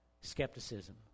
Skepticism